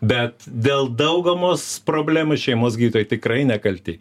bet dėl daugumos problemų šeimos gydytojai tikrai nekalti